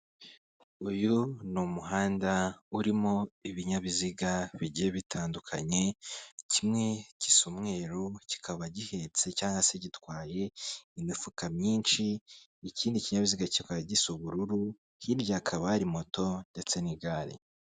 Uyu ni umuhanda urimo ibinyabiziga bigiye bitandukanye kimwe gisa umweru kikaba gihetse cyangwa se gitwaye imifuka myinshi, ikindi kinyabiziga kikaba gisa ubururu hirya kaba hari moto ndetse n'igare.